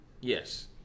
Yes